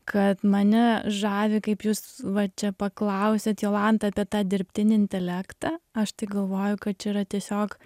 kad mane žavi kaip jūs va čia paklausėt jolanta apie tą dirbtinį intelektą aš tai galvoju kad čia yra tiesiog